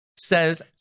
says